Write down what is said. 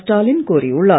ஸ்டாலின் கோரியுள்ளார்